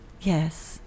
yes